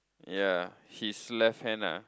ya his left hand ah